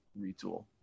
retool